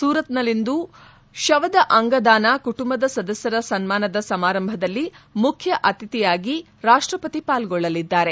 ಸುರತ್ ನಲ್ಲಿಂದು ಶವದ ಅಂಗ ದಾನ ಕುಟುಂಬದ ಸದಸ್ವರ ಸನ್ಮಾನದ ಸಮಾರಂಭದಲ್ಲಿ ಮುಖ್ಯ ಅತಿಥಿಯಾಗಿ ರಾಷ್ಷಪತಿ ಪಾಲ್ಗೊಳ್ಳಲಿದ್ದಾರೆ